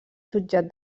jutjat